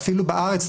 אפילו בארץ,